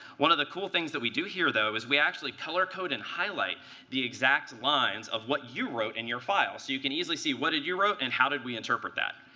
one of the cool things that we do here, though, is we actually color code and highlight the exact lines of what you wrote in your file. so you can easily see what did you wrote, and how did we interpret that.